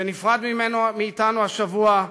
שנפרד מאתנו השבוע,